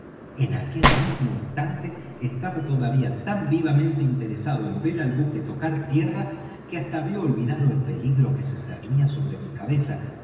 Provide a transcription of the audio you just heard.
en aquel mismo instante estaba todavía tan vivamente interesado en ver al buque tocar tierra que hasta había olvidado el peligro que se cernía sobre mi cabeza